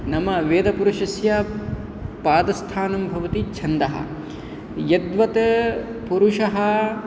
नाम वेदपुरुषस्य पादस्थानं भवति छन्दः यद्वत् पुरुषः